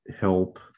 help